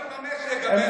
שהחזון לא התממש לגבינו.